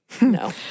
No